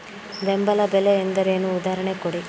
ಬೆಂಬಲ ಬೆಲೆ ಎಂದರೇನು, ಉದಾಹರಣೆ ಕೊಡಿ?